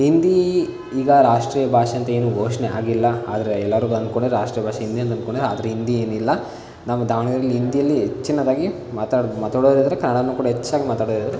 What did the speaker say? ಹಿಂದಿ ಈಗ ರಾಷ್ಟ್ರೀಯ ಭಾಷೆ ಅಂತ ಏನು ಘೋಷಣೆ ಆಗಿಲ್ಲ ಆದರೆ ಎಲ್ಲರು ಅನ್ಕೊಂಡಿದ್ದಾರೆ ರಾಷ್ಟ್ರೀಯ ಭಾಷೆ ಹಿಂದಿ ಅಂತ ಅಂದ್ಕೊಂಡಿದ್ದಾರೆ ಆದರೆ ಹಿಂದಿ ಏನಿಲ್ಲ ನಾವು ದಾವಣಗೆರೇಲಿ ಹಿಂದಿಯಲ್ಲಿ ಹೆಚ್ಚಿನದಾಗಿ ಮಾತಾಡಿ ಮಾತಾಡೋರಿದ್ದಾರೆ ಕನ್ನಡನು ಕೂಡ ಹೆಚ್ಚಾಗಿ ಮಾತಾಡೋರಿದ್ದಾರೆ